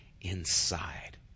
inside